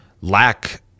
lack